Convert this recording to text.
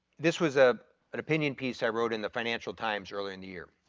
this was ah an opinion piece i wrote in the financial times early in the year.